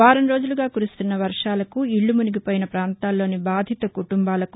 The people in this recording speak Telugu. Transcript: వారం రోజులుగా కురుస్తున్న వర్వాలకు ఇళ్లు మునిగిపోయిన పాంతాల్లోని బాధిత కుటుంబాలకు